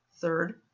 third